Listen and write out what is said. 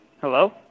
Hello